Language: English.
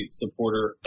supporter